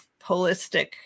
holistic